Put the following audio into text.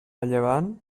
llevant